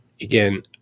Again